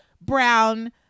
brown